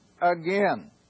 again